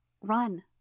Run